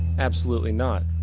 absolutely not.